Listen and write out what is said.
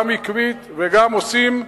גם עקבית וגם עושים,